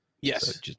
Yes